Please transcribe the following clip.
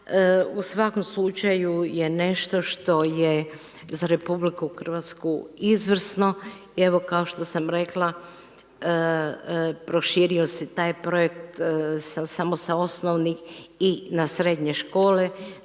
u svakom slučaju je nešto što je za RH izvrsno. Evo kao što sam rekla proširio se taj projekt samo sa osnovnih i na srednje škole,